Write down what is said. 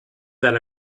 that